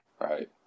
right